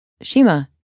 Shima